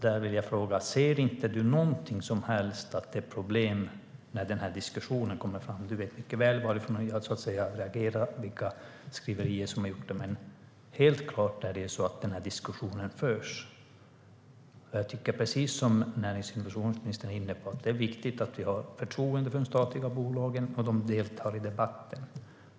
Där vill jag fråga om ministern inte ser något som helst problem när den här diskussionen kommer fram. Han vet mycket väl varför jag reagerar och vilka skriverier som är anledningen, men helt klart är det så att diskussionen förs. Precis som närings och innovationsministern var inne på tycker jag att det är viktigt att vi har förtroende för de statliga bolagen och att de deltar i debatten.